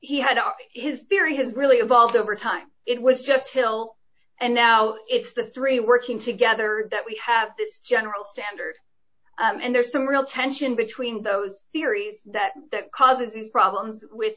he had all his theory has really evolved over time it was just hill and now it's the three working together that we have this general standard and there's some real tension between those theories that causes problems w